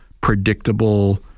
predictable